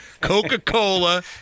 Coca-Cola